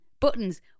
Buttons